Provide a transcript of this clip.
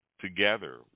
together